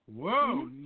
Whoa